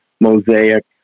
mosaic